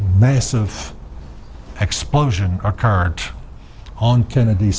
massive explosion are current on kennedy